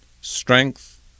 strength